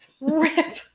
Rip